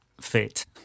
fit